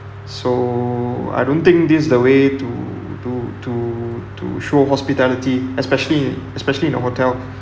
so I don't think this is the way to to to to show hospitality especially especially in a hotel